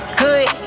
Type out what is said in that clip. good